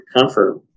comfort